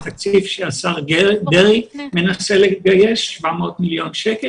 המזונות היותר בריאים כדי לעזור בעניין הזה.